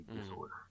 disorder